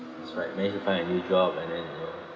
that's right manage to find a new job and then you know